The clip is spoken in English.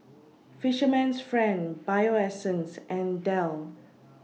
Fisherman's Friend Bio Essence and Dell